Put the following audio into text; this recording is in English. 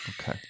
Okay